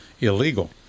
illegal